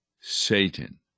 Satan